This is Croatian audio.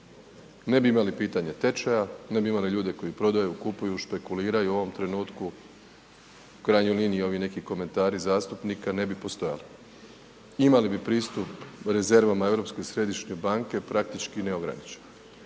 ne bi imali pitanje tečaja, ne bi imali ljude koji prodaju, kupuju, špekuliraju u ovom trenutku, u krajnjoj liniji i ovi neki komentari zastupnika ne bi postojali, imali bi pristup rezervama Europske središnje banke praktički neograničeno.